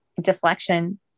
deflection